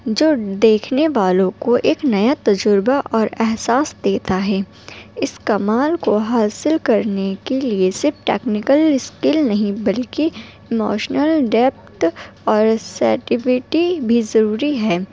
جو دیکھنے والوں کو ایک نیا تجربہ اور احساس دیتا ہے اس کمال کو حاصل کرنے کے لیے صرف ٹیکنکل اسکل نہیں بلکہ اموشنل ڈیپت اور پوزیٹیوٹی بھی ضروری ہے